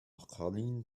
cailín